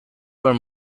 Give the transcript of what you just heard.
were